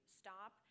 stop